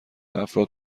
افراد